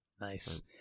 Nice